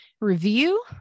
review